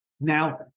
Now